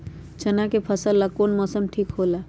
चाना के फसल ला कौन मौसम ठीक होला?